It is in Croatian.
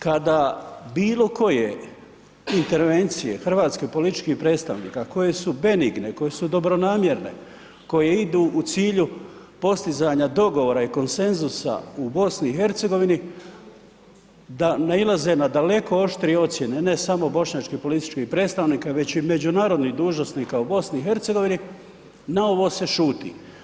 Kada bilokoje intervencije hrvatskih političkih predstavnika koje su benigne, koje su dobronamjerne, koje idu u cilju postizanja dogovora i konsenzusa u BiH-u da nailaze na daleko oštrije ocjene, ne samo bošnjačkih političkih predstavnika već i međunarodnih dužnosnika u BiH-u, na ovo se šuti.